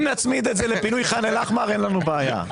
אם נצמיד את זה לפינוי חאן אל-אח'מר אין לנו בעיה,